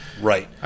Right